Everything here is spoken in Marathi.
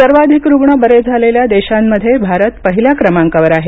सर्वाधिक रुग्ण बरे झालेल्या देशांमध्ये भारत पहिल्या क्रमांकावर आहे